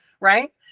right